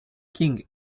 king